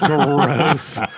Gross